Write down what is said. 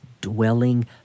dwelling